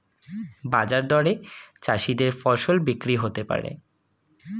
বাজার দরে চাষীদের ফসল বিক্রি হতে পারে